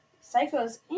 Psycho's